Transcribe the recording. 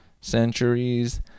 centuries